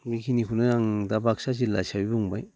बेखिनिखौनो आं दा बाक्सा जिल्ला हिसाबै बुंबाय